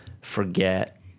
forget